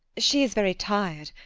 she is very tired.